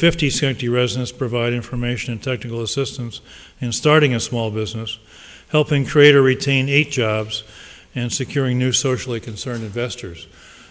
fifty seventy residents provide information technical assistance and starting a small business helping create or retain eight jobs and securing new socially concerned investors